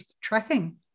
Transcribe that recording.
tracking